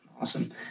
Awesome